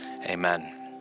Amen